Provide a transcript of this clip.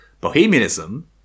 bohemianism